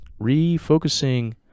refocusing